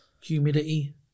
humidity